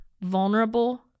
vulnerable